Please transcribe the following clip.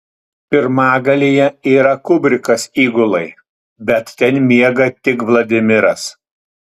pirmagalyje yra kubrikas įgulai bet ten miega tik vladimiras